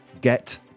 get